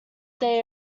day